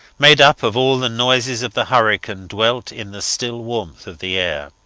made up of all the noises of the hurricane, dwelt in the still warmth of the air.